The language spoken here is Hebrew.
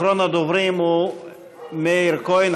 אחרון הדוברים הוא מאיר כהן,